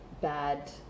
bad